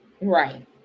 Right